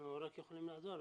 אנחנו רק יכולים לעזור.